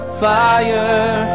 fire